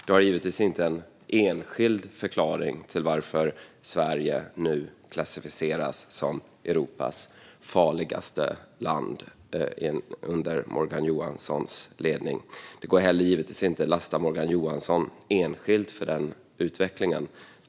Det finns givetvis inte en enskild förklaring till varför Sverige nu klassificeras som Europas farligaste land under Morgan Johanssons ledning. Det går heller givetvis inte att lasta Morgan Johansson enskilt för den utvecklingen.